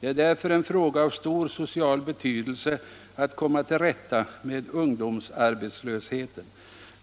Det är därför en fråga av stor social betydelse att komma till rätta med ungdomsarbetslösheten.